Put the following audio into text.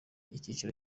ikiciro